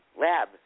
lab